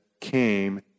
came